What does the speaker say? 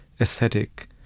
aesthetic